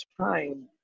time